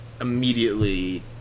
immediately